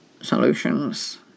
solutions